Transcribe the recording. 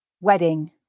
wedding